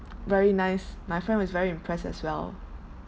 very nice my friend was very impressed as well